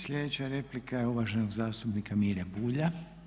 Sljedeća replika je uvaženog zastupnika Mire Bulja.